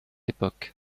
époque